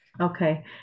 Okay